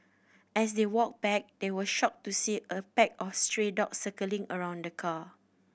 as they walked back they were shocked to see a pack of stray dogs circling around the car